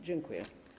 Dziękuję.